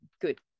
good